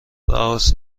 رآس